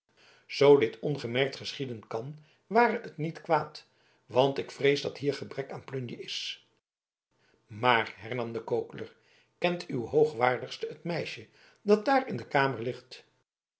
zoo dit ongemerkt geschieden kan ware het niet kwaad want ik vrees dat hier gebrek aan plunje is maar hernam de kokeler kent uw hoogwaardigste het meisje dat daar in de kamer ligt